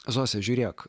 zose žiūrėk